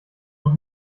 das